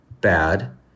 bad